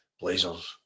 Blazers